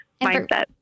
mindset